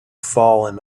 fallen